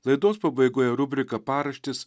laidos pabaigoje rubrika paraštės